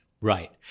Right